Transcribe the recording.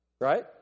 Right